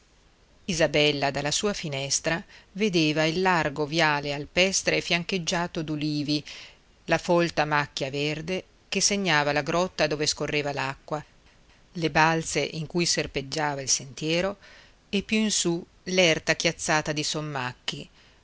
valletta isabella dalla sua finestra vedeva il largo viale alpestre fiancheggiato d'ulivi la folta macchia verde che segnava la grotta dove scorreva l'acqua le balze in cui serpeggiava il sentiero e più in su l'erta chiazzata di